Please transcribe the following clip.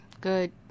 Good